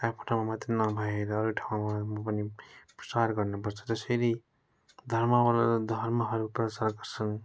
आफ्नो ठाउँमा मात्र नभएर अरू ठाउँहरूमा पनि प्रसार गर्नुपर्छ जसरी धर्मावालाले धर्महरू प्रचार गर्छन्